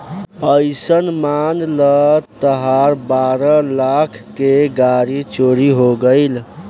अइसन मान ल तहार बारह लाख के गाड़ी चोरी हो गइल